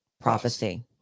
prophecy